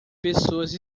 pessoas